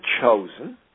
chosen